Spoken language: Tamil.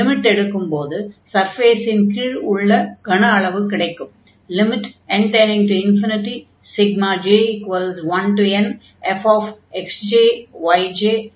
லிமிட் எடுக்கும்போது சர்ஃபேஸின் கீழ் உள்ள கன அளவு ஆகும்